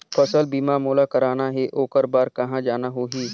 फसल बीमा मोला करना हे ओकर बार कहा जाना होही?